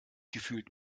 gefühlt